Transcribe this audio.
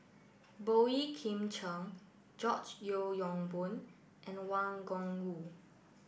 Boey Kim Cheng George Yeo Yong Boon and Wang Gungwu